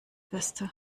beste